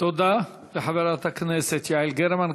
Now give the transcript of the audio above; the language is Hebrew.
תודה לחברת הכנסת יעל גרמן.